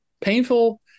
painful